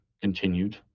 continued